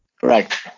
Correct